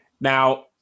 Now